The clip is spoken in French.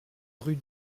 rue